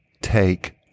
Take